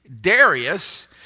Darius